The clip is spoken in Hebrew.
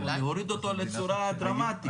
להוריד אותו בצורה דרמטית.